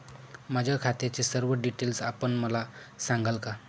माझ्या खात्याचे सर्व डिटेल्स आपण मला सांगाल का?